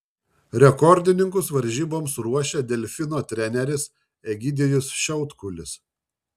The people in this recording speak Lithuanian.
rekordininkus varžyboms ruošia delfino treneris egidijus šiautkulis